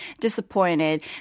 disappointed